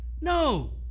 No